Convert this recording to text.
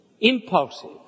impulsive